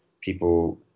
people